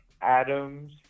Adams